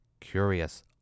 curious